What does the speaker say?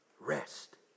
Rest